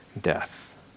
death